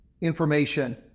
information